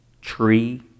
tree